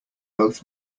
both